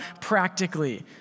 practically